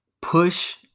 push